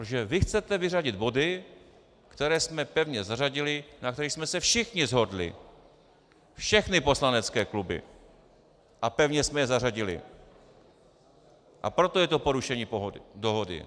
Takže vy chcete vyřadit body, které jsme pevně zařadili, na kterých jsme se všichni shodli, všechny poslanecké kluby, a pevně jsme je zařadili, a proto je to porušení dohody.